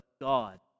God